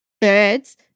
birds